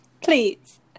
Please